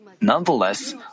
Nonetheless